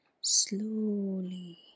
slowly